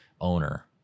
owner